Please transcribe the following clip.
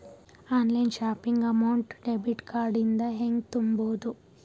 Online shopping amount debit card ಇಂದ ಹೆಂಗ್ ತುಂಬೊದು?